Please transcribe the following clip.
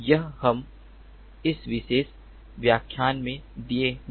यह हम इस विशेष व्याख्यान में गए हैं